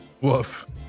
Woof